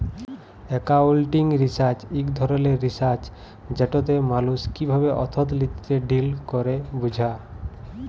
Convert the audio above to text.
accounting research ইক ধরলের research যেটতে মালুস কিভাবে অথ্থলিতিতে ডিল ক্যরে বুঝা